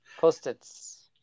Post-its